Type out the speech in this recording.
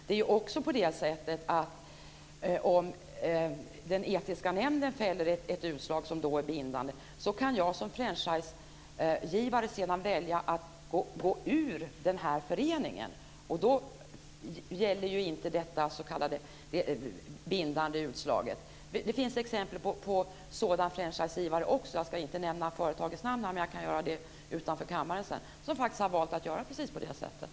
Det är också på det sättet att om den etiska nämnden fäller ett utslag som är bindande kan den som är franchisegivare välja att gå ur föreningen. Då gäller inte detta s.k. bindande utslag. Det finns exempel på sådana franchisegivare - jag ska inte nämna företagets namn här, men jag kan nämna det utanför kammaren sedan - som har valt att göra precis på det sättet.